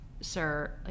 sir